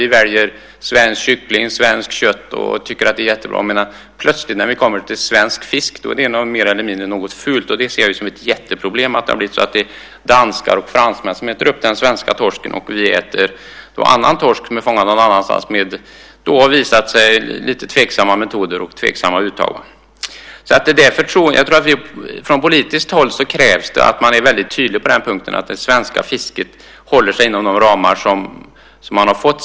Vi väljer svensk kyckling och svenskt kött och tycker att det är jättebra. Plötsligt när vi kommer till svensk fisk är det mer eller mindre något fult. Det ser jag som ett jätteproblem. Det har blivit så att det är danskar och fransmän som äter upp den svenska torsken, och vi äter torsk fångad någon annanstans där det används, som det har visat sig, lite tveksamma metoder och där man har lite tveksamma uttag. Därför tror jag att det krävs att man från politiskt håll är väldigt tydlig på att det svenska fisket ska hålla sig inom de ramar som det har fått.